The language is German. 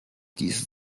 diese